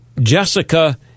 Jessica